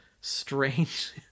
strange